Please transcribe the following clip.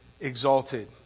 exalted